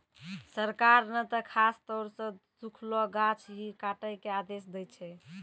सरकार नॅ त खासतौर सॅ सूखलो गाछ ही काटै के आदेश दै छै